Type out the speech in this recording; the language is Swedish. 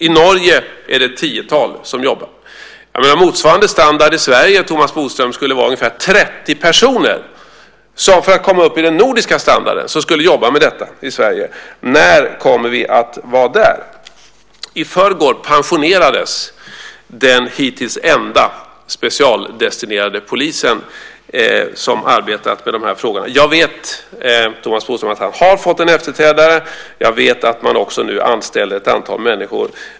I Norge är det ett tiotal som jobbar. Motsvarande standard i Sverige, Thomas Bodström, skulle vara ungefär 30 personer som för att komma upp i den nordiska standarden skulle jobba med detta i Sverige. När kommer vi att vara där? I förrgår pensionerades den hittills enda polis som specialdestinerat arbetat med de här frågorna. Jag vet, Thomas Bodström, att han har fått en efterträdare. Jag vet att man nu anställer ett antal människor.